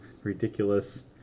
Ridiculous